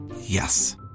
Yes